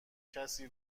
کسی